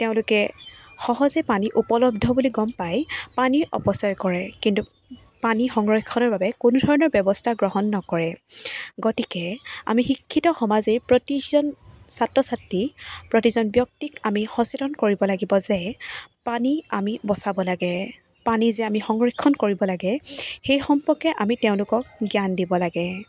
তেওঁলোকে সহজে পানী উপলব্ধ বুলি গম পায় পানীৰ অপচয় কৰে কিন্তু পানী সংৰক্ষণৰ বাবে কোনো ধৰণৰ ব্যৱস্থা গ্ৰহণ নকৰে গতিকে আমি শিক্ষিত সমাজে প্ৰতিজন ছাত্ৰ ছাত্ৰী প্ৰতিজন ব্যক্তিক আমি সচেতন কৰিব লাগিব যে পানী আমি বচাব লাগে পানী যে আমি সংৰক্ষণ কৰিব লাগে সেই সম্পৰ্কে আমি তেওঁলোকক জ্ঞান দিব লাগে